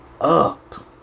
up